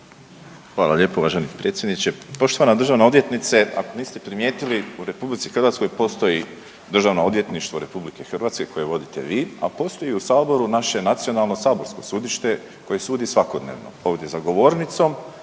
Hvala lijepo uvaženi predsjedniče. Poštovana državna odvjetnice, ako niste primijetili, u RH postoji Državno odvjetništvo RH koje vodite vi, a postoji i u saboru naše nacionalno saborsko sudište, koje sudi svakodnevno. Ovdje za govornicom